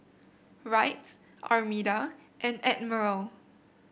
Wright Armida and Admiral